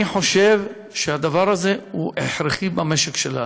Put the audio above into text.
אני חושב שהדבר הזה הכרחי במשק שלנו.